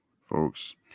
folks